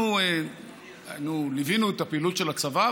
אנחנו ליווינו את הפעילות של הצבא,